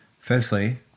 Firstly